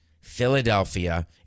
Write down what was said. Philadelphia